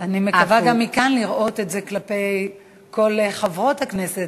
אני מקווה גם מכאן לראות את זה כלפי כל חברות הכנסת,